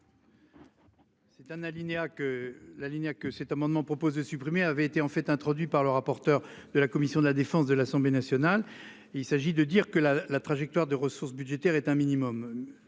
que la ligne A que cet amendement propose de supprimer, avait été en fait introduit par le rapporteur de la commission de la défense de l'Assemblée nationale. Il s'agit de dire que la la trajectoire de ressources budgétaires est un minimum.